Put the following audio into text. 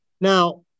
Now